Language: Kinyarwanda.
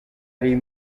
ari